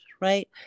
Right